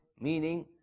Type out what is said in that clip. Meaning